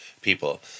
people